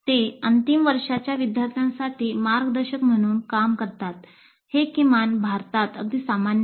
ते अंतिम वर्षाच्या विद्यार्थ्यांसाठी मार्गदर्शक म्हणून काम करतात हे किमान भारतात अगदी सामान्य आहे